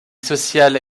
sociale